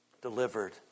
delivered